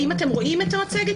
האם אתם רואים את המצגת?